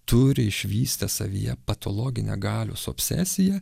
turi išvystę savyje patologinę galios obsesiją